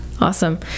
Awesome